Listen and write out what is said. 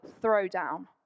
throwdown